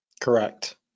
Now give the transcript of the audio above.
Correct